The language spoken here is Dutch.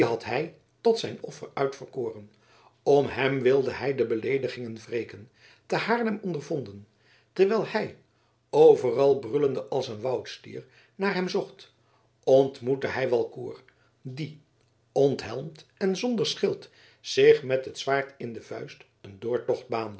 hij tot zijn offer uitverkoren op hem wilde hij de beleedigingen wreken te haarlem ondervonden terwijl hij overal brullende als een woudstier naar hem zocht ontmoette hij walcourt die onthelmd en zonder schild zich met het zwaard in de vuist een doortocht baande